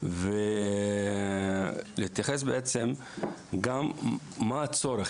ולהתייחס בעצם גם לצורך,